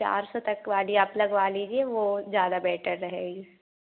चार सौ तक वाली आप लगवा लीजिए वो ज़्यादा बेटर रहेगी